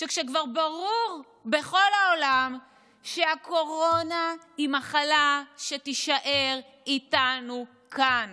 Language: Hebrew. כשכבר ברור בכל העולם שהקורונה היא מחלה שתישאר איתנו כאן